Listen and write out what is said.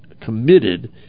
committed